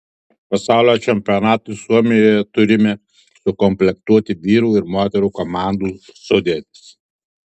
pasaulio čempionatui suomijoje turime sukomplektuoti vyrų ir moterų komandų sudėtis